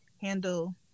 handle